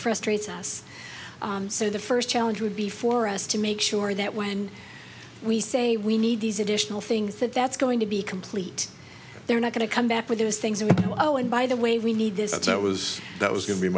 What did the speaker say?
frustrates us so the first challenge would be for us to make sure that when we say we need these additional things that that's going to be complete they're not going to come back with those things in the owen by the way we need this that that was that was going to be